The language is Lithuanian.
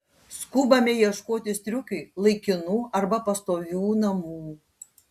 skubame ieškoti striukiui laikinų arba pastovių namų